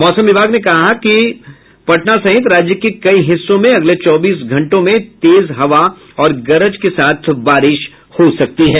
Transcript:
मौसम विभाग ने कहा है कि पटना सहित राज्य के कई हिस्सों में अगले चौबीस घंओं में तेज हवा और गरज के साथ बारिश हो सकती है